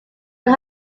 but